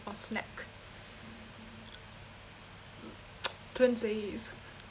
or snack twinsies